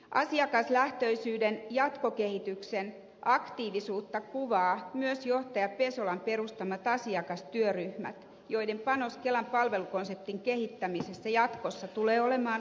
asiakaslähtöisyyden jatkokehityksen aktiivisuutta kuvaa myös johtaja pesolan perustamat asiakastyöryhmät joiden panos kelan palvelukonseptin kehittämisessä jatkossa tulee olemaan oleellinen